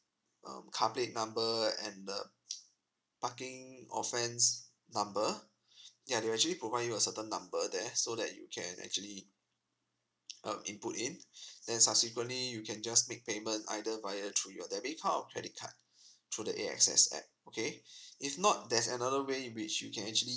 um car plate number and the parking offence number ya they actually provide you a certain number there so that you can actually um input in then subsequently you can just make payment either via through your debit card or credit card through the a access app okay if not there's another way which you can actually